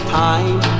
time